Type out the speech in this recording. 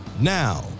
Now